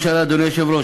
אדוני היושב-ראש,